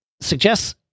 suggests